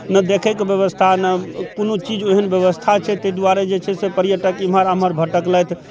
ने देखैके व्यवस्था ने कोनो चीज ओहन व्यवस्था छै तै दुआरे जे छै से पर्यटक एमहर आमहर भटकलथि